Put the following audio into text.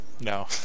No